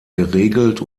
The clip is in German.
geregelt